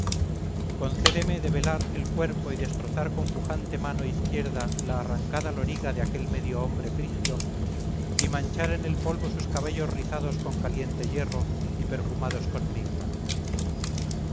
concédeme debelar el cuerpo y destrozar con pujante mano izquierda la arrancada loriga de aquel medio hombre frigio y manchar en el polvo sus cabellos rizados con caliente hierro y perfumados con mirra